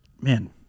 man